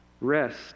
rest